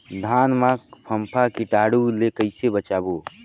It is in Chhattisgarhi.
धान मां फम्फा कीटाणु ले कइसे बचाबो?